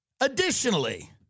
Additionally